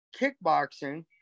kickboxing